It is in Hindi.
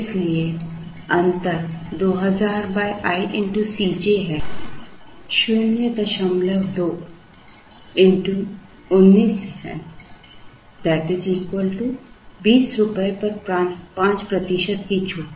इसलिए अंतर 2000 i x Cj है जो कि 02 x 19 है 20 रुपये पर 5 प्रतिशत की छूट